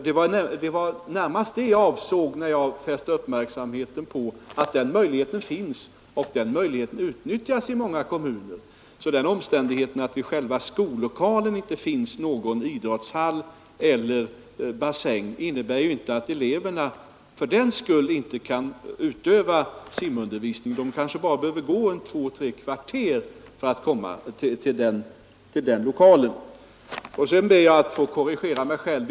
Det var närmast det jag avsåg när jag fäste uppmärksamheten på att den möjligheten finns och utnyttjas i många kommuner. Den omständigheten att det vid själva skollokalen inte finns någon idrottshall eller bassäng innebär alltså inte att eleverna fördenskull inte kan få simundervisning. De kanske bara behöver gå två tre kvarter för att komma till den lokalen. Sedan ber jag att få korrigera mig själv.